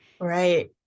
Right